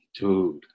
Dude